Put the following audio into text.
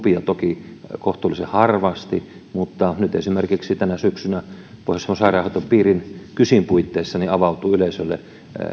toki kohtuullisen harvasti mutta nyt esimerkiksi tänä syksynä pohjois savon sairaanhoitopiirissä kysin puitteissa avautuu yleisölle